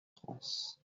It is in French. france